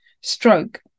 stroke